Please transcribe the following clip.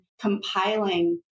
compiling